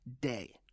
day